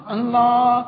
Allah